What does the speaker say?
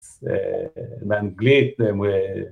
באנגלית